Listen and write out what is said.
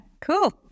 Cool